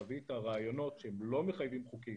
להביא את הרעיונות שהם לא מחייבים חוקית